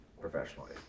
professionally